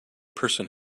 person